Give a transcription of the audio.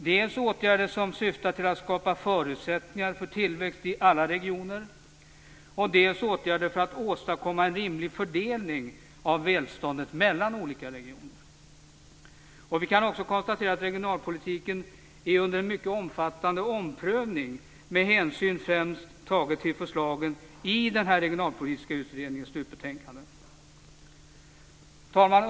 Det är dels åtgärder som syftar till att skapa förutsättningar för tillväxt i alla regioner, dels åtgärder för att åstadkomma en rimlig fördelning av välståndet mellan olika regioner. Vi kan också konstatera att regionalpolitiken är under en mycket omfattande omprövning med hänsyn tagen främst till förslagen i den regionalpolitiska utredningens slutbetänkande. Herr talman!